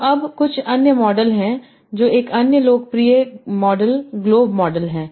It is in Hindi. तो अब कुछ अन्य मॉडल हैं तो एक अन्य लोकप्रिय मॉडल ग्लोव मॉडल है